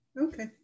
Okay